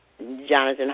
Jonathan